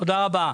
תודה רבה.